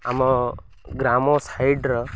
ଆମ ଗ୍ରାମ ସାଇଡ଼୍ର